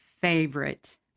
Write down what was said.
favorite